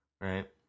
right